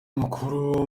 mukuru